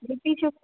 B P sugar